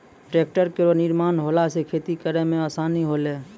tractor केरो निर्माण होला सँ खेती करै मे आसानी होलै